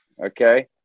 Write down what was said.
Okay